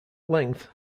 length